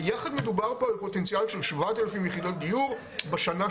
ביחד מדובר פה על פוטנציאל של 7,000 יחידות דיור בשנה,